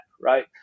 right